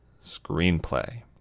Screenplay